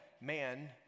man